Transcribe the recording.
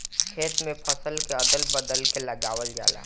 खेत में फसल के अदल बदल के लगावल जाला